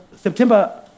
September